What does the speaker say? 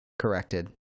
corrected